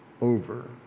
over